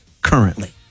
currently